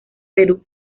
perú